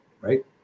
right